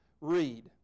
read